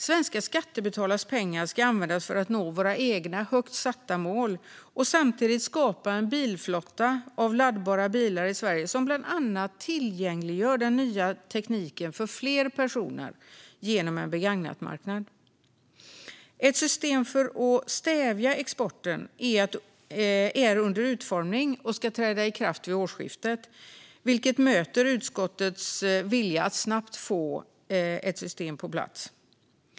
Svenska skattebetalares pengar ska användas för att nå våra egna högt satta mål och samtidigt skapa en bilflotta av laddbara bilar i Sverige som bland annat tillgängliggör den nya tekniken för fler personer genom en begagnatmarknad. Ett system för att stävja exporten är under utformning och ska träda i kraft vid årsskiftet, vilket möter utskottets vilja att snabbt få ett system på plats.